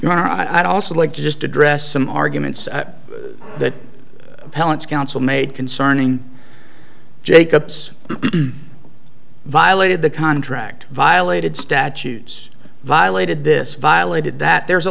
i'd also like to just address some arguments that appellant's council made concerning jacobs violated the contract violated statutes violated this violated that there's a